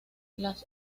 las